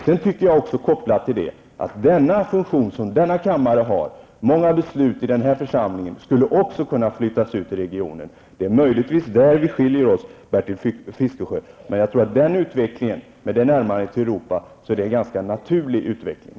Jag tycker också, när det gäller den funktion som denna kammare har, att många beslut i den här församlingen skulle kunna flyttas ut till regionerna. Det är möjligtvis därvidlag som vi skiljer oss, Bertil Fiskesjö. Men jag tror att detta, med tanke på närmandet till Europa, är en ganska naturlig utveckling.